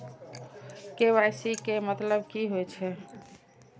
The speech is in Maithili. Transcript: के.वाई.सी के मतलब कि होई छै?